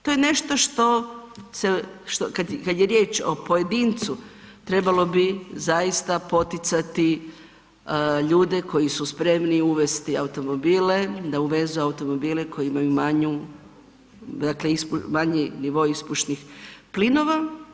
To je nešto što kad je riječ o pojedincu, trebalo bi zaista poticati ljude koji su spremni uvesti automobile, da uvezu automobile koji imaju manji nivo ispušnih plinova.